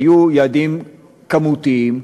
היו יעדים כמותיים.